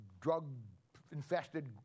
drug-infested